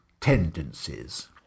tendencies